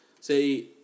Say